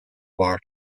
bar